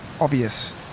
obvious